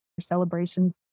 celebrations